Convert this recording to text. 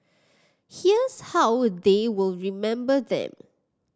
here's how they will remember them